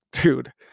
dude